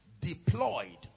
deployed